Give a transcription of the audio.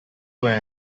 were